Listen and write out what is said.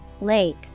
lake